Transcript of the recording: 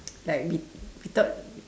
like we we thought